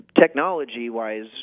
Technology-wise